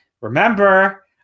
Remember